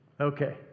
Okay